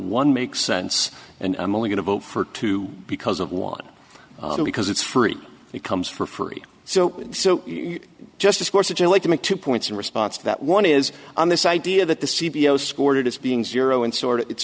one makes sense and i'm only going to vote for two because of one because it's free it comes for free so so just of course which i like to make two points in response to that one is on this idea that the c b s scored as being zero and sort of it's